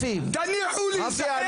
תניחו לי זה חדר,